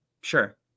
sure